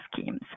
schemes